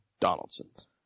Donaldson's